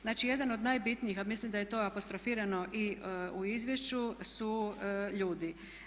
Znači jedan od najbitnijih a mislim da je to apostrofirano i u izvješću su ljudi.